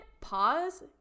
pause